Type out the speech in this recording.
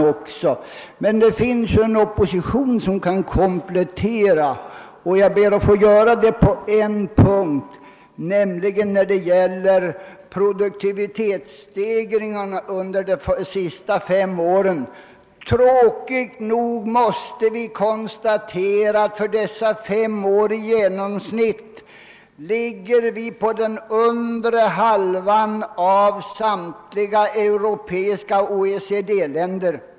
Det finns emellertid en opposition som kan komplettera framställningen, och jag ber att få göra det på en punkt, nämligen när det gäller produktionsstegringarna under de senaste fem åren. Tråkigt nog måste vi för dessa fem år konstatera att vi genomsnittligt ligger på den undre halvan bland samtliga europeiska OECD-länder.